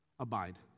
Abide